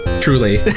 Truly